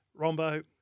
Rombo